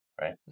right